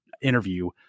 interview